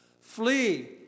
Flee